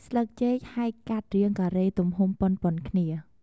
ស្លឹកចេកហែកកាត់រាងការេទំហំប៉ុនៗគ្នា។